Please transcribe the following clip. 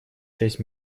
шесть